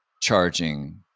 charging